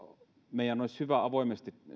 meidän olisi hyvä avoimesti